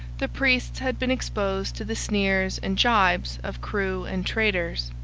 the priests had been exposed to the sneers and gibes of crew and traders.